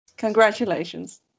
Congratulations